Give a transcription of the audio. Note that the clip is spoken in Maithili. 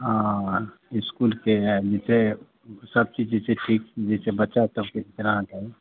हँ हाल इसकुलके हाल जे छै सबचीज जे छै ठीक जे छै बच्चासबके सोचना चाही